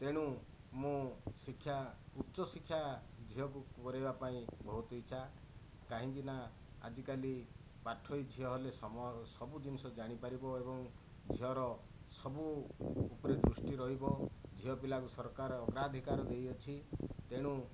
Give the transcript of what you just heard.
ତେଣୁ ମୁଁ ଶିକ୍ଷା ଉଚ୍ଚ ଶିକ୍ଷା ଝିଅକୁ କରେଇବା ପାଇଁ ବହୁତୁ ଇଛା କାହିଁକିନା ଆଜିକାଲି ପାଠୋଇ ଝିଅ ହେଲେ ସମୟ ସବୁ ଜିନିଷ ଜାଣି ପାରିବ ଏବଂ ଝିଅର ସବୁ ଉପରେ ଦୃଷ୍ଟି ରହିବ ଝିଅପିଲାଙ୍କୁ ସରକାର ଅଗ୍ରାଧିକାର ଦେଇଅଛି ତେଣୁ